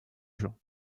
gens